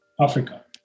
Africa